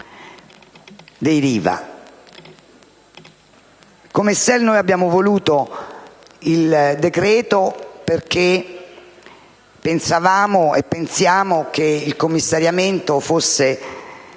dei Riva. Come SEL abbiamo voluto questo decreto perché pensavamo - e pensiamo - che il commissariamento fosse